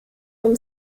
from